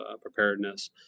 preparedness